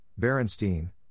Berenstein